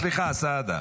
סליחה, סעדה.